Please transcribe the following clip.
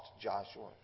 Joshua